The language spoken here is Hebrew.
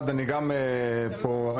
ראשית,